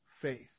faith